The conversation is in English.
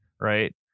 right